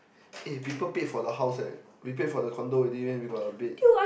eh people paid for the house leh we paid for the condo already then we got the bed